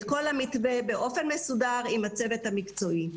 ואת כל המתווה באופן מסודר עם הצוות המקצועי.